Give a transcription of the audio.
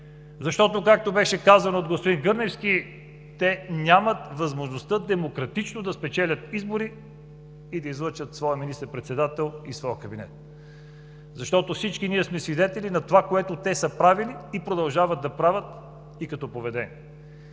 избори. Както беше казано от господин Гърневски, те нямат възможността демократично да спечелят избори и да излъчат свой министър-председател и свой кабинет, защото всички ние сме свидетели на това, което са правили, и продължават да правят, и като поведение.